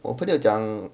我朋友讲